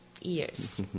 years